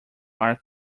are